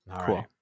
Cool